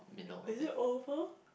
is it oval